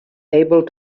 able